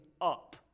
up